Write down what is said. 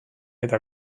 eta